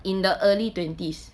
in the early twenties